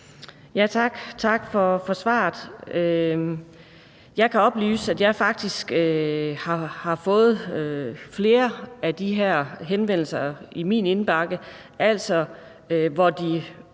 tak for svaret. Jeg kan oplyse, at jeg faktisk har fået flere af de her henvendelser i min indbakke, altså hvor